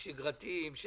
שגרתיים,